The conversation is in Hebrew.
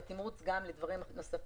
ושייתנו תמרוץ גם לדברים נוספים,